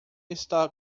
está